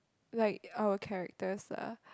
like our characters ah